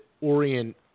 orient